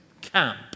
camp